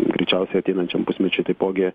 greičiausiai ateinančiam pusmečiui taipogi